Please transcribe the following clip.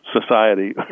society